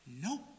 Nope